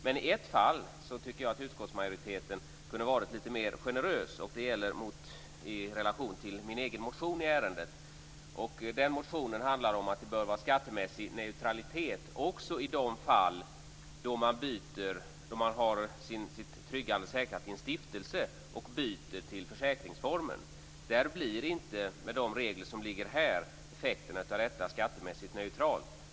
Men i ett fall tycker jag att utskottsmajoriteten kunde ha varit lite mer generös, och det gäller i relation till min egen motion i ärendet. Den motionen handlar om att det bör vara skattemässig neutralitet också i de fall då man har sitt tryggande säkrat i en stiftelse och byter till försäkringsformen. Där blir inte, med de regler som föreligger här, effekten av detta skattemässigt neutral.